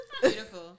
Beautiful